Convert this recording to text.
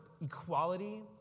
equality